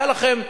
היתה לכם,